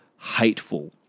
hateful